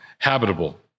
Habitable